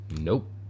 Nope